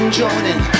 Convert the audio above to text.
joining